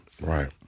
Right